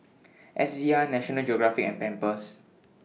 S V R National Geographic and Pampers